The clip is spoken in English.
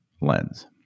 lens